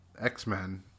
X-Men